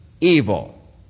evil